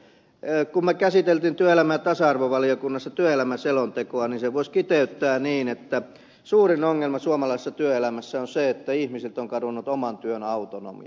kun me käsittelimme työelämä ja tasa arvovaliokunnassa työelämäselontekoa niin sen voisi kiteyttää niin että suurin ongelma suomalaisessa työelämässä on se että ihmisiltä on kadonnut oman työn autonomia